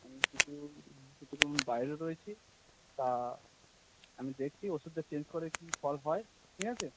আমি কিছু কিছুদিন বাইরে রয়েছি তা আমি দেখছি ওষুধটা চেঞ্জ করে কী ফল হয় ঠিক আছে